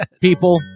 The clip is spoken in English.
people